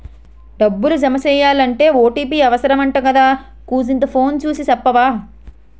డబ్బులు జమెయ్యాలంటే ఓ.టి.పి అవుసరమంటగదా కూసంతా ఫోను సూసి సెప్పవా